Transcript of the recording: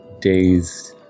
dazed